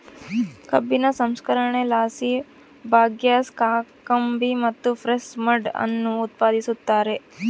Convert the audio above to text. ಕಬ್ಬಿನ ಸಂಸ್ಕರಣೆಲಾಸಿ ಬಗ್ಯಾಸ್, ಕಾಕಂಬಿ ಮತ್ತು ಪ್ರೆಸ್ ಮಡ್ ಅನ್ನು ಉತ್ಪಾದಿಸುತ್ತಾರೆ